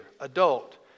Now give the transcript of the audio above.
adult